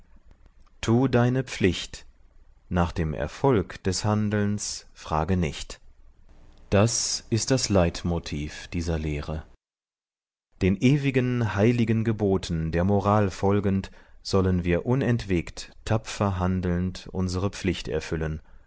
tu deine pflicht nach dem erfolg des handelns frage nicht das ist das leitmotiv dieser lehre den ewigen heiligen geboten der moral folgend sollen wir unentwegt tapfer handelnd unsere pflicht erfüllen